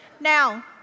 Now